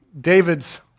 David's